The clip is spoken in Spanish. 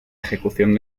ejecución